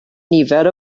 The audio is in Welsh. nifer